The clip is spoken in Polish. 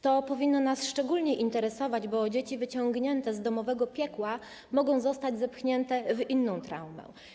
To powinno nas szczególnie interesować, bo dzieci wyciągnięte z domowego piekła mogą zostać wepchnięte w inną traumę.